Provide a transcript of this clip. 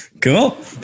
cool